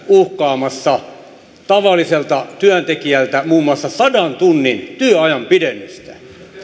uhkaamassa kiristämässä tavalliselta työntekijältä muun muassa sadan tunnin työajan pidennystä